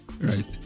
right